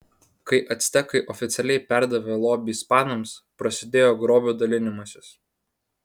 kai actekai oficialiai perdavė lobį ispanams prasidėjo grobio dalinimasis